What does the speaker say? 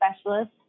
specialist